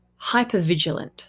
hypervigilant